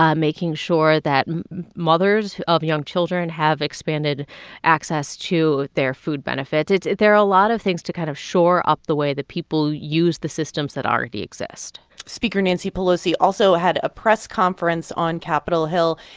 ah making sure that mothers of young children have expanded access to their food benefits. there are a lot of things to kind of shore up the way that people use the systems that already exist speaker nancy pelosi also had a press conference on capitol hill,